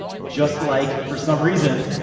just like, for some reason,